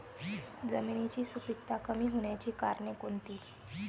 जमिनीची सुपिकता कमी होण्याची कारणे कोणती?